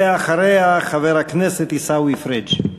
ואחריה, חבר הכנסת עיסאווי פריג'.